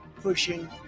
pushing